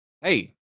Hey